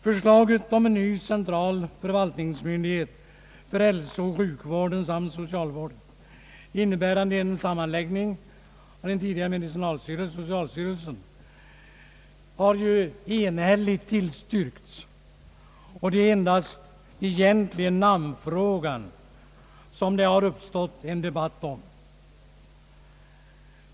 Förslaget om en ny central förvaltningsmyndighet för hälsooch sjukvården samt socialvården, innebärande en sammanläggning mellan den tidigare medicinalstyrelsen och socialstyrelsen, har ju enhälligt tillstyrkts, och det är egentligen endast namnet det har uppstått en diskussion om.